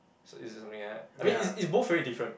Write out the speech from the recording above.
so is it something like that I mean it's it's both very different